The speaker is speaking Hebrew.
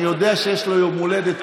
אני יודע שיש לו יום הולדת,